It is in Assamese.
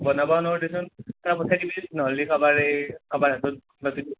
বনাবাও নৰো দেচোন পিঠা পঠেই দিবিচোন নহ'লে কাৰোবাৰ এই কাৰোবাৰ হাতত পাৰা যদি